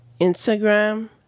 Instagram